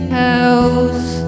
house